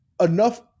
enough